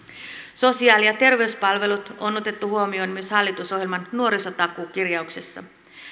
sosiaali ja terveyspalvelut on otettu huomioon myös hallitusohjelman nuorisotakuukirjauksessa